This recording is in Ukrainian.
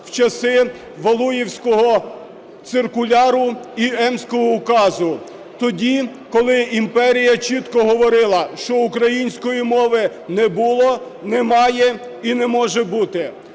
в часи Валуєвського циркуляру і Емського указу, тоді, коли імперія чітко говорила, що української мови не було, немає і не може бути.